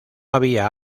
había